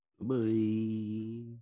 Bye